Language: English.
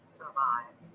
survive